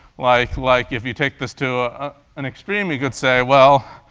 like like, if you take this to an extreme, you could say, well,